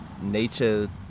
nature